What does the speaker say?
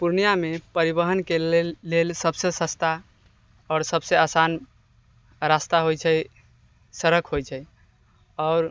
पूर्णियाँमे परिवहनके लेल सबसँ सस्ता आओर सबसँ आसान रस्ता होइ छै सड़क होइ छै आओर